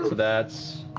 that's